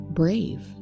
brave